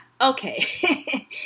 Okay